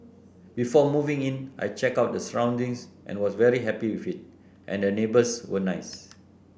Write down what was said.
before moving in I checked out the surroundings and was very happy with it and the neighbours were nice